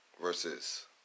versus